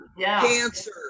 cancer